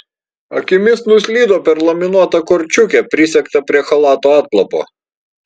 akimis nuslydo per laminuotą korčiukę prisegtą prie chalato atlapo